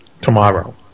tomorrow